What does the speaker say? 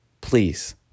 please